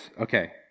okay